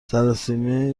سراسیمه